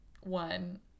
one